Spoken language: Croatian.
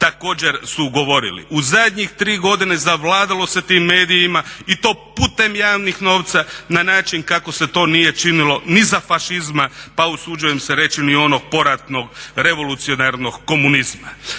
također su govorili. U zadnjih 3 godine zavladalo se tim medijima i to putem javnih novca na način kako se to nije činilo ni za fašizma, pa usuđujem se reći ni onog poratnog revolucionarnog komunizma.